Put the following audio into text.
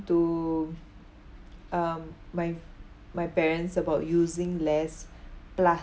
to um my my parents about using less